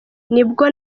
nibwo